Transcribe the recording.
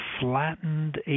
flattened